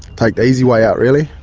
take the easy way out really.